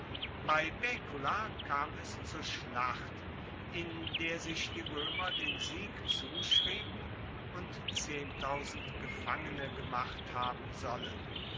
bei baecula kam es zur schlacht in der sich die roemer den sieg zuschrieben und gefangene gemacht haben sollen